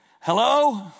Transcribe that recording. hello